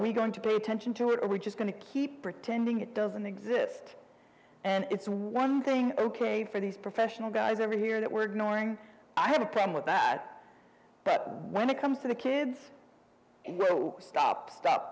we going to pay attention to it or we're just going to keep pretending it doesn't exist and it's one thing ok for these professional guys ever hear that word knowing i have a problem with that but when it comes to the kids stop stop